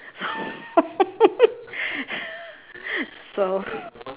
so